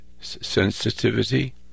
sensitivity